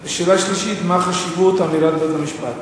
3. מה היא חשיבות אמירת בית-המשפט?